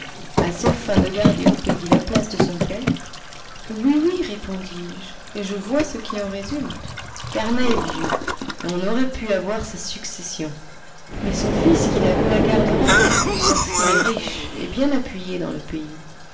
à seules fins de garder au pays la place de son père oui oui répondis-je et je vois ce qui en résulte carnat est vieux et on aurait pu avoir sa succession mais son fils qui la veut la gardera parce qu'il est riche et bien appuyé dans le pays